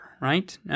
right